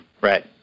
Right